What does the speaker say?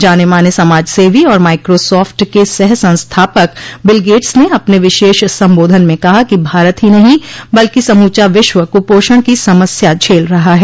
जाने माने समाजसेवी और माइक्रोसॉफ्ट के सह संस्थापक बिल गेट्स ने अपने विशेष संबोधन में कहा कि भारत ही नहीं बल्कि समूचा विश्व कुपोषण की समस्या झेल रहा है